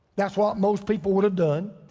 that's what most people would have done.